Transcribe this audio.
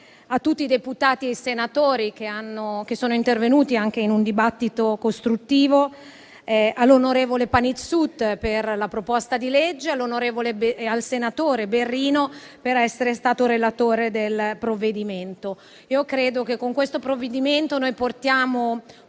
a tutti i deputati e i senatori che sono intervenuti in un dibattito costruttivo, all'onorevole Panizzut per la proposta di legge e al senatore Berrino per essere stato relatore del provvedimento. Credo che con questo provvedimento noi portiamo